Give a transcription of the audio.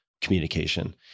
communication